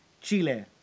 Chile